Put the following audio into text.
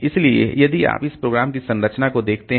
इसलिए यदि आप इस प्रोग्राम की संरचना को देखते हैं